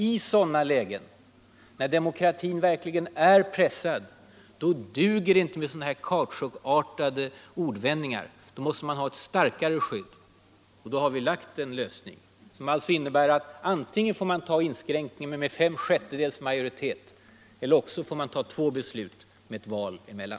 I sådana lägen, när demokratin verkligen är pressad, duger det inte, menar vi därför, med sådana här kautschukartade ordvändningar. Då IL måste man ha ett starkare skydd. Vi har lagt fram en lösning som innebär = Frioch rättigheter att det för ett beslut om inskränkning krävs fem sjättedels majoritet — i grundlag eller också två beslut med val emellan.